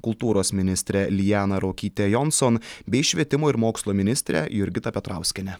kultūros ministrę lianą ruokytę jonson bei švietimo ir mokslo ministrę jurgitą petrauskienę